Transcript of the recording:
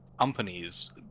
companies